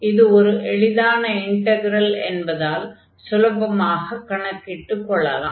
இது ஒர் எளிதான இன்டக்ரல் என்பதால் சுலபமாகக் கணக்கிட்டுக் கொள்ளலாம்